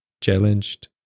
challenged